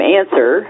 answer